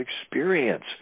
experience